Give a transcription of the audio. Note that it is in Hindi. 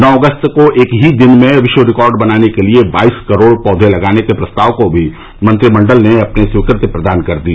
नौ अगस्त को एक ही दिन में विश्व रिकॉर्ड बनाने के लिए बाईस करोड़ पौधे लगाने के प्रस्ताव को भी मंत्रिमंडल ने अपनी स्वीकृति प्रदान कर दी